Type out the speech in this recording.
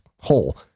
whole